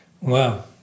Wow